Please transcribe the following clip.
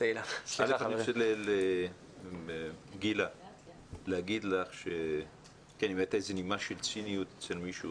אני רוצה לומר לגילה שאם הייתה איזו נימה של ציניות של מישהו,